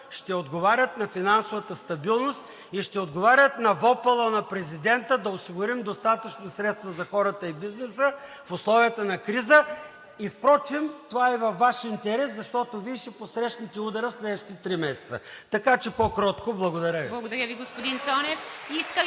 ще отговарят на финансовата стабилност и ще отговарят на вопъла на президента да осигурим достатъчно средства за хората и бизнеса в условията на криза! Впрочем това е и във Ваш интерес, защото Вие ще посрещнете удара в следващите три месеца, така че по-кротко. Благодаря Ви.